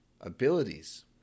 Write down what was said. abilities